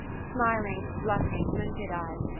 smiling, blushing, limpid eyed,